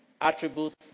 attributes